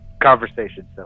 conversation